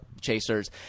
chasers